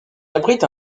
abrite